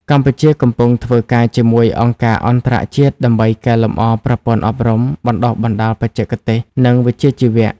កម្ពុជាកំពុងធ្វើការជាមួយអង្គការអន្តរជាតិដើម្បីកែលម្អប្រព័ន្ធអប់រំបណ្ដុះបណ្ដាលបច្ចេកទេស និងវិជ្ជាជីវៈ។